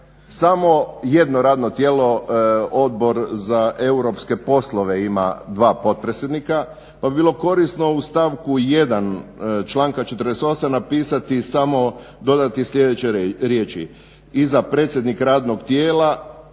samo jedno radno tijelo Odbor za europske poslove ima dva potpredsjednika. Pa bi bilo korisno u stavku 1. članka 48. napisati samo dodati sljedeće riječi, iza predsjednik radnog tijela